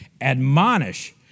admonish